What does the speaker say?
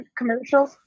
commercials